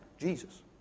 Jesus